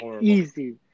easy